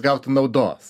gautų naudos